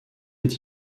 est